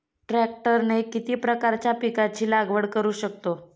ट्रॅक्टरने किती प्रकारच्या पिकाची लागवड करु शकतो?